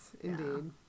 indeed